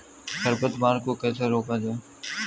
खरपतवार को कैसे रोका जाए?